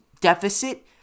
deficit